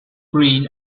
green